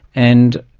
and